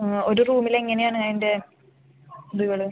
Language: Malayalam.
ഒരു റൂമിൽ എങ്ങനെയാണ് അതിൻ്റെ റൂള്